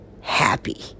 happy